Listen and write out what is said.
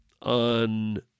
on